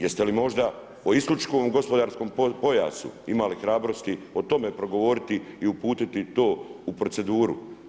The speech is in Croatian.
Jeste li možda o isključivo gospodarskom pojasu imali hrabrosti o tome progovoriti i uputiti to u proceduru?